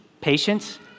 patience